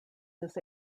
this